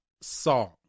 song